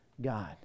God